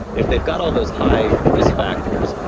if they've got all those high risk factors,